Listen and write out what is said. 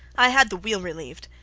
i had the wheel relieved.